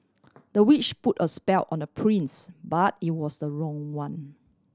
the witch put a spell on the prince but it was the wrong one